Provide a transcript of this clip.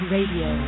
Radio